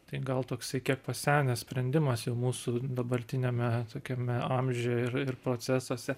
tai gal toksai kiek pasenęs sprendimas jau mūsų dabartiniame tokiame amžiuj ir ir procesuose